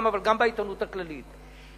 אבל גם בעיתונות הכללית,